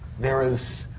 there is.